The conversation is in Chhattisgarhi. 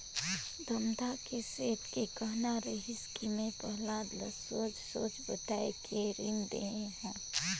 धमधा के सेठ के कहना रहिस कि मैं पहलाद ल सोएझ सोएझ बताये के रीन देहे हो